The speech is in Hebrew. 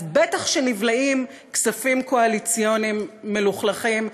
אז בטח נבלעים כספים קואליציוניים מלוכלכים,